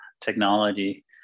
technology